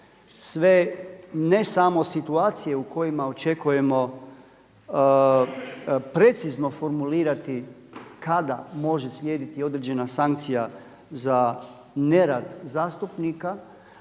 sve ne samo situacije u kojima očekujemo precizno formulirati kada može slijediti određena sankcija za nerad zastupnika